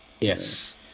yes